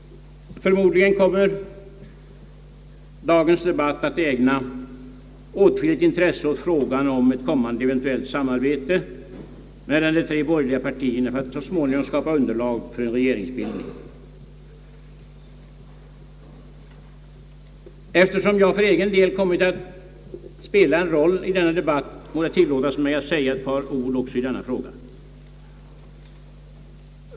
Förmodligen kommer dagens debatt att ägna åtskilligt intresse åt frågan om ett kommande eventuellt samarbete mellan de tre borgerliga partierna för att så småningom skapa underlag för en regeringsbildning. Eftersom jag för egen del har kommit att spela en roll i denna debatt må det tillåtas mig att säga ett par ord också i denna fråga.